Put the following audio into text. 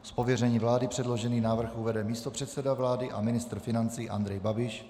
Z pověření vlády předložený návrh uvede místopředseda vlády a ministr financí Andrej Babiš.